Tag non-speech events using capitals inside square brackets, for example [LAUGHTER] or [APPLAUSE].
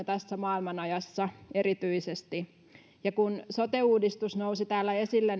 [UNINTELLIGIBLE] tässä maailmanajassa erityisesti sote uudistus nousi täällä esille [UNINTELLIGIBLE]